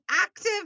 active